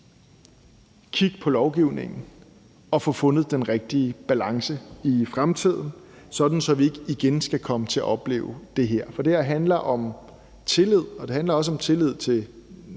kigge på lovgivningen og få fundet den rigtige balance i fremtiden, sådan at vi ikke igen skal komme til at opleve det her. For det her handler om tillid, og det handler også om tillid til